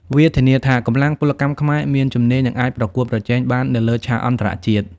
វាធានាថាកម្លាំងពលកម្មខ្មែរមានជំនាញនិងអាចប្រកួតប្រជែងបាននៅលើឆាកអន្តរជាតិ។